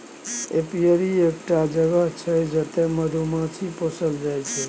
apiary एकटा जगह छै जतय मधुमाछी पोसल जाइ छै